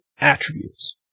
attributes